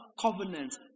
Covenant